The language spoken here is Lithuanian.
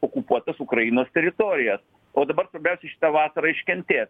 okupuotas ukrainos teritorijas o dabar svarbiausia šitą vasarą iškentėt